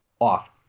off